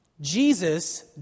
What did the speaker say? Jesus